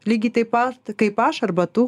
lygiai taip pat kaip aš arba tu